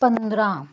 ਪੰਦਰਾਂ